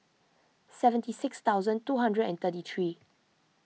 seventy six thousand two hundred and thirty three